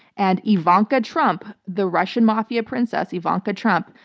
and ivanka trump, the russian mafia princess ivanka trump,